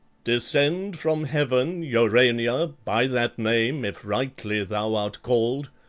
descend from heaven, urania, by that name if rightly thou art called,